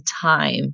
time